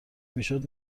میشد